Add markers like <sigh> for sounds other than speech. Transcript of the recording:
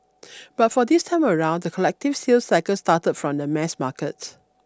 <noise> but for this time around the collective sales cycle started from the mass market